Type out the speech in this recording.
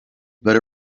but